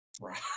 right